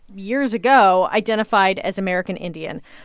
years ago, identified as american indian.